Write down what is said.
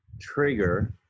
trigger